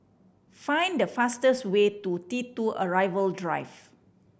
find the fastest way to T Two Arrival Drive